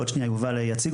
שעוד שנייה יובל יציג